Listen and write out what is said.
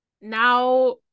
Now